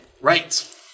Right